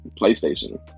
PlayStation